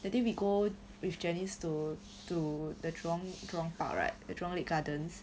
that day we go with janice to to the jurong jurong park right the jurong lake gardens